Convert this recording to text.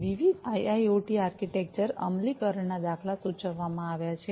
વિવિધ IIoT architecture અમલીકરણના દાખલા સૂચવવામાં આવ્યા છે